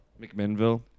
McMinnville